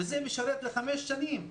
וזה משרת לחמש שנים.